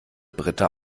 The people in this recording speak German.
britta